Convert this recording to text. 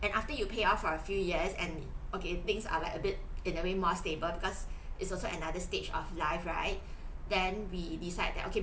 and after you pay off for a few years and okay things are like a bit in a way more stable because it's also another stage of life right then we decide that okay